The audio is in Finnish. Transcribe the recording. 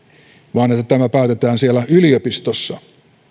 vaan että tämä päätetään siellä yliopistossa